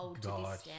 God